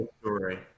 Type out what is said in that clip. story